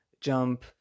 jump